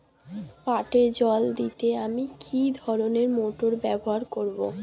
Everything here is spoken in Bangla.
পাটে জল দিতে আমি কি ধরনের মোটর ব্যবহার করব?